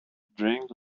drink